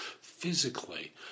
Physically